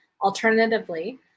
Alternatively